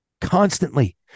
constantly